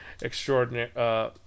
Extraordinary